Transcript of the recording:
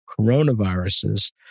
coronaviruses